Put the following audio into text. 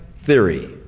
theory